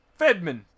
Fedman